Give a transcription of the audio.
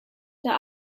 der